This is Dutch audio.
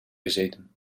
gezeten